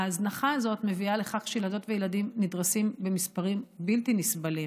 אם ההזנחה הזאת מביאה לכך שילדות וילדים נדרסים במספרים בלתי נסבלים